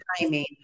timing